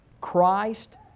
Christ